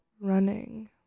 Running